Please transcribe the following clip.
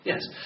Yes